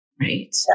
Right